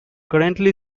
currently